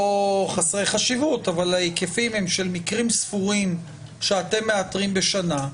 לא חסרי חשיבות אבל ההיקפים הם של מקרים ספורים שאתם מאתרים בשנה,